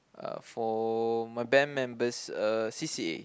uh for my band member's uh c_c_a